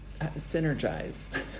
synergize